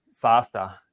faster